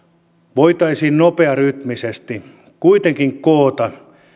voitaisiin nopearytmisesti kuitenkin koota